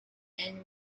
and